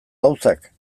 gauzak